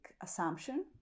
assumption